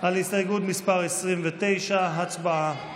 על הסתייגות מס' 29. הצבעה.